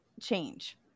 change